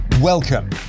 Welcome